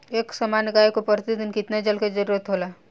एक सामान्य गाय को प्रतिदिन कितना जल के जरुरत होला?